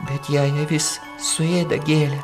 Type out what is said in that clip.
bet jei avis suėda gėlę